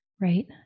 right